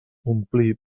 omplir